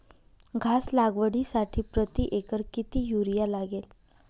घास लागवडीसाठी प्रति एकर किती युरिया लागेल?